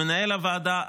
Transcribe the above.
למנהל הוועדה,